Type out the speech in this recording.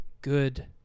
good